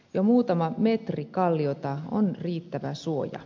jo muutama metri kalliota on riittävä suoja